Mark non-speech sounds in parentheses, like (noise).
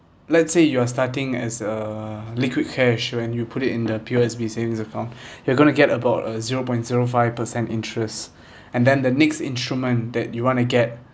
let's say you are starting as a liquid cash when you put it in the P_O_S_B savings account (breath) you're going to get about a zero point zero five per cent interest (breath) and then the next instrument that you want to get